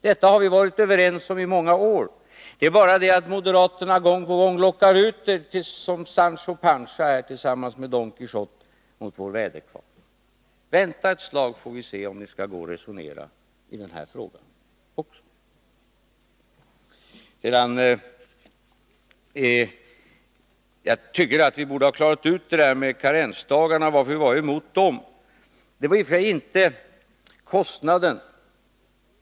Detta har vi varit överens om i många år. Det är bara det att moderaterna gång på gång lockar ut er som Sancho Panza tillsammans med Don Quijote mot vår väderkvarn. Vänta ett slag, så får vi se om det inte skall gå att resonera i den här frågan också! Jag tycker att vi borde ha klarat ut det där med karensdagarna. Vad vi hade emot dem var i och för sig inte kostnaden.